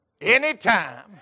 anytime